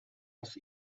was